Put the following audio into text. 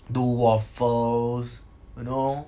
do waffles you no